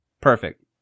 perfect